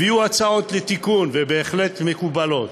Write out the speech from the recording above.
הביאו הצעות לתיקון, ובהחלט מקובלות.